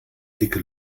dicke